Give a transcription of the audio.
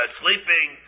sleeping